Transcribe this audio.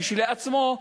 כשלעצמו,